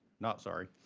not sorry.